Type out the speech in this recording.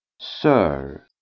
Sir